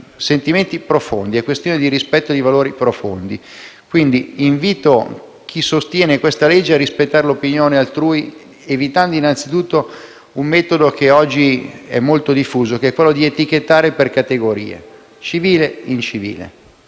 sentimenti profondi, è questione di rispetto di valori profondi. Quindi invito chi sostiene questo disegno di legge a rispettare l'opinione altrui, evitando innanzitutto un metodo che oggi è molto diffuso che è quello di etichettare per categorie, civile-incivile,